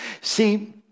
See